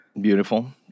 beautiful